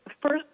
first